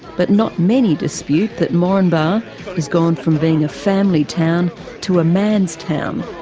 but not many dispute that moranbah has gone from being a family town to a man's town.